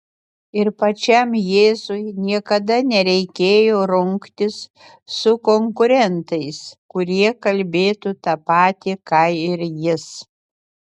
ir pačiam jėzui niekada nereikėjo rungtis su konkurentais kurie kalbėtų tą patį ką ir jis